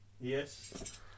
Yes